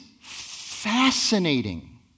fascinating